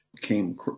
came